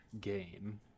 game